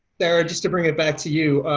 sarah, just to bring it back to you.